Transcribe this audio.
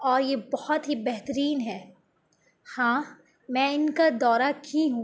اور یہ بہت ہی بہترین ہے ہاں میں ان کا دورہ کی ہوں